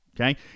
Okay